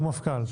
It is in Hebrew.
אישור מפכ"ל.